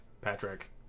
Patrick